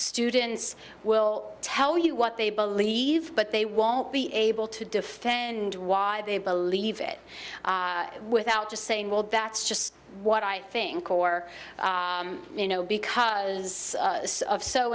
students will tell you what they believe but they won't be able to defend why they believe it without just saying well that's just what i think or you know because of so